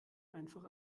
einfach